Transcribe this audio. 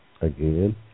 again